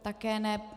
Také ne.